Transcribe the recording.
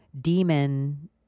demon